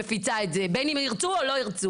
מפיצה את זה בין אם ירצו או לא ירצו.